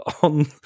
on